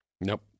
Nope